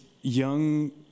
young